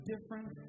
difference